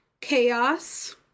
Chaos